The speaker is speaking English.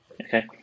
Okay